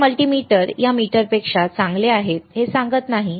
हे मल्टीमीटर या मल्टीमीटरपेक्षा चांगले आहे हे सांगत नाही